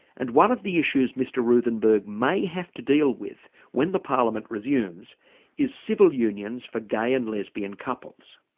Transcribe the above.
and one of the issues mr ruthenberg may have to deal with when the parliament resumes is civil unions for gay and lesbian couples.